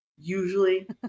usually